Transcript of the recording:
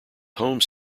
homes